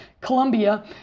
Colombia